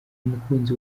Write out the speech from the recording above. mukunzi